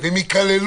תתבייש לך.